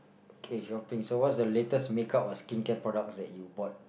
K shopping so what's the latest makeup or skincare products that you bought